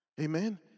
Amen